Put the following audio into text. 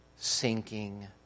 Sinking